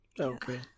Okay